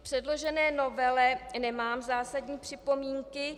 K předložené novele nemám zásadní připomínky.